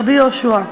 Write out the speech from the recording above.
רבי יהושע.